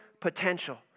potential